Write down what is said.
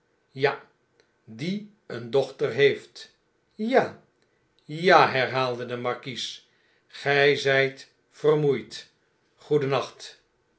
ja die een dochter heeft ja aja herhaalde de markies gij zyt vermoeid